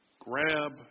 grab